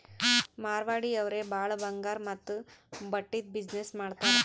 ಮಾರ್ವಾಡಿ ಅವ್ರೆ ಭಾಳ ಬಂಗಾರ್ ಮತ್ತ ಬಟ್ಟಿದು ಬಿಸಿನ್ನೆಸ್ ಮಾಡ್ತಾರ್